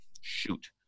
Shoot